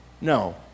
No